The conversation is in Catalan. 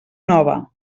nova